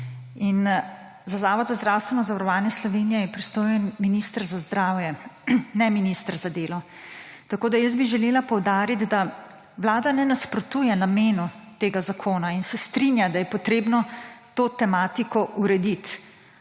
Za Zavod za zdravstveno zavarovanje Slovenije je pristojen minister za zdravje, ne minister za delo. Tako da bi želela poudariti, da Vlada ne nasprotuje namenu tega zakona in se strinja, da je potrebno to tematiko urediti.